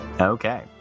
Okay